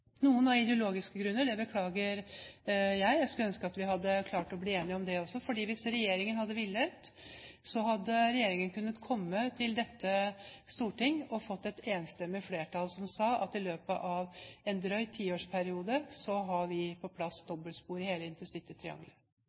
noen av ideologiske grunner, og det beklager jeg. Jeg skulle ønske at vi hadde blitt enige om det også. Hvis regjeringen hadde villet, hadde regjeringen kunnet komme til dette storting og hørt et enstemmig flertall si at i løpet av en drøy tiårsperiode har vi på plass dobbeltspor i hele